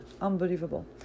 unbelievable